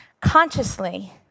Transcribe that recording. consciously